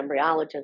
embryologists